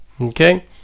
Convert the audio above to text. Okay